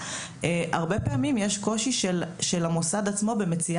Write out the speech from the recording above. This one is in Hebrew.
הרבה פעמים יש קושי של המוסד למצוא